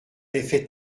effet